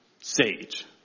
sage